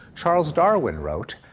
charles darwin wrote,